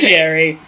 Jerry